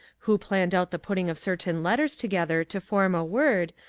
who planned out the putting of certain letters together to form a word,